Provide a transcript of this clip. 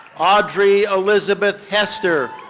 audrey elizabeth hester,